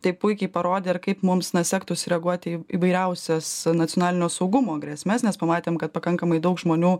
tai puikiai parodė ir kaip mums sektųsi reaguoti į įvairiausias nacionalinio saugumo grėsmes mes pamatėm kad pakankamai daug žmonių